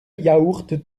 yaourt